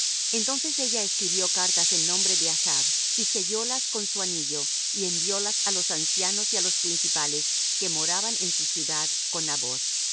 entonces ella escribió cartas en nombre de achb y sellólas con su anillo y enviólas á los ancianos y á los principales que moraban en su ciudad con naboth y